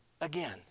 again